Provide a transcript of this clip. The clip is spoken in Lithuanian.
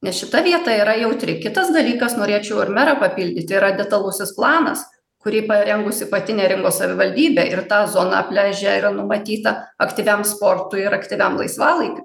nes šita vieta yra jautri kitas dalykas norėčiau ir merą papildyti yra detalusis planas kurį parengusi pati neringos savivaldybė ir ta zona pliaže yra numatyta aktyviam sportui ir aktyviam laisvalaikiui